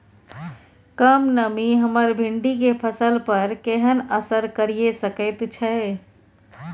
कम नमी हमर भिंडी के फसल पर केहन असर करिये सकेत छै?